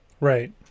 right